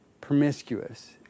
promiscuous